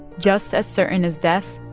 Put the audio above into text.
just as certain as death,